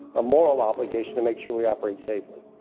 a moral obligation to make sure we operate safely.